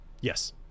Yes